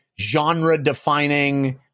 genre-defining